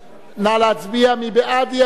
נא להצביע: מי בעד האי-אמון?